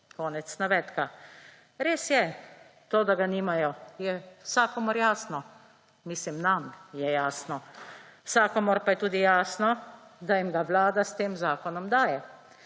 (Konec navedka.) Res je, to, da ga nimajo, je vsakomur jasno, mislim, nam je jasno. Vsakomur pa je tudi jasno, da jim ga Vlada s tem zakonom daje,